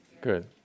Good